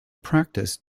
practice